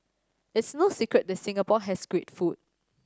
it's no secret that Singapore has great food